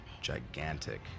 gigantic